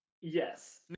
yes